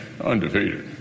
undefeated